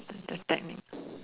the the technique